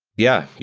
yeah.